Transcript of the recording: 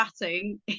batting